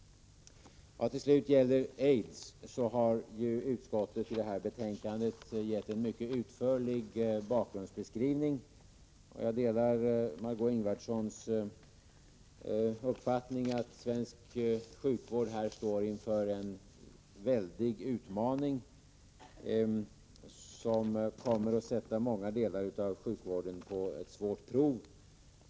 Vad slutligen gäller AIDS har utskottet i detta betänkande gett en mycket utförlig bakgrundsbeskrivning. Jag delar Margö Ingvardssons uppfattning, att svensk sjukvård här står inför en väldig utmaning, som kommer att sätta många delar av sjukvården på ett svårt prov.